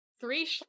three